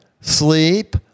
sleep